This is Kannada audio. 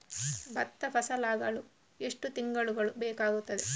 ಭತ್ತ ಫಸಲಾಗಳು ಎಷ್ಟು ತಿಂಗಳುಗಳು ಬೇಕಾಗುತ್ತದೆ?